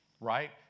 right